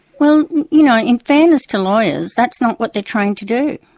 well you know, in fairness to lawyers, that's not what they're trained to do.